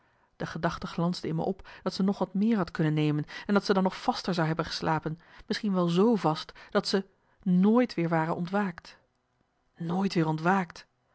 de gedachte glansde in me op dat ze nog wat meer had kunnen nemen en dat ze dan nog vaster zou hebben geslapen misschien wel z vast dat ze nooit weer ware ontwaakt nooit weer ontwaakt